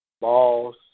Balls